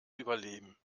überleben